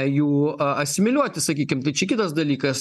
jų a asimiliuoti sakykim tai čia kitas dalykas